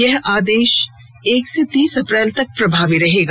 यह आदेश एक अप्रैल से तीस अप्रैल तक प्रभावी रहेगा